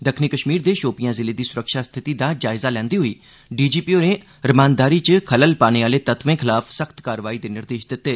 दक्खनी कष्मीर दे षोपियां जिले दी सुरक्षा स्थिति दा जायजा लैंदे होई डीजीपी होरें रमानदारी च खलल पाने आह्ले तत्वें खलाफ सख्त कार्रवाई दे निर्देष दित्ते